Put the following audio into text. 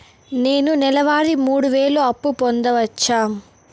నేను నెల వారి మూడు వేలు అప్పు పొందవచ్చా?